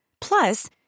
Plus